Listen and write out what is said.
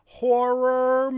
horror